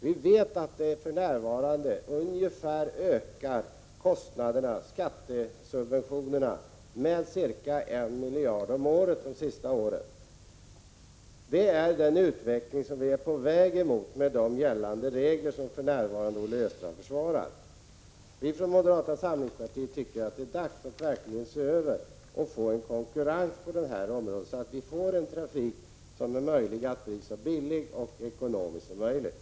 Vi vet att kostnaderna och skattesubventionerna ökat med ca 1 miljard om året 9 under de senaste åren. Det är den utveckling som vi är på väg mot med de regler som gäller och som Olle Östrand försvarar. Vi från moderata samlingspartiet tycker att det är dags att se över reglerna och få till stånd konkurrens på detta område så att vi får en trafik som är så billig och bra som möjligt.